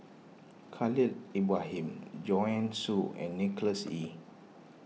Khalil Ibrahim Joanne Soo and Nicholas Ee